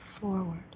forward